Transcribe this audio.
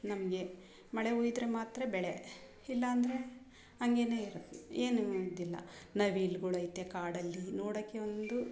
ನಮಗೆ ಮಳೆ ಹುಯ್ದ್ರೆ ಮಾತ್ರ ಬೆಳೆ ಇಲ್ಲಾಂದರೆ ಹಂಗೇನೆ ಇರತ್ತೆ ಏನು ಇದಿಲ್ಲ ನವಿಲುಗುಳೈತೆ ಕಾಡಲ್ಲಿ ನೋಡೋಕ್ಕೆ ಒಂದು